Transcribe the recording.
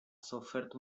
sofert